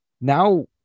Now